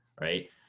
right